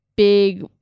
big